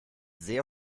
sehr